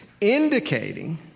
indicating